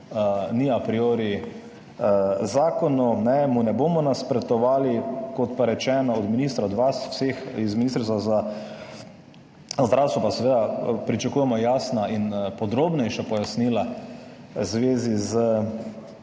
ni a priori zakonu, mu ne bomo nasprotovali. Kot pa rečeno, od ministra, od vas vseh iz Ministrstva za zdravstvo pa seveda pričakujemo jasna in podrobnejša pojasnila v zvezi z